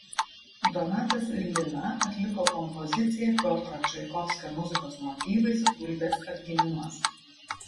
donatas ir lina atliko kompoziciją piotro čaikovskio muzikos motyvais gulbės atgimimas